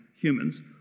humans